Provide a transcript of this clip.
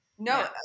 No